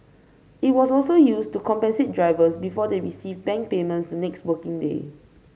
it was also used to compensate drivers before they received bank payments the next working day